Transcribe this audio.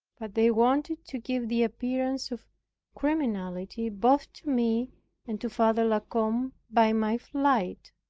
but they wanted to give the appearance of criminality both to me and to father la combe by my flight.